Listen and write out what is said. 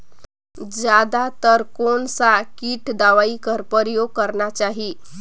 जादा तर कोन स किट दवाई कर प्रयोग करना चाही?